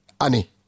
ani